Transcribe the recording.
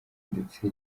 ndetse